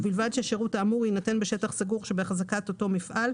ובלבד שהשירות האמור יינתן בשטח סגור שבהחזקת אותו מפעל,